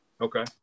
Okay